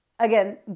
again